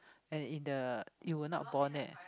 and in the you were not born yet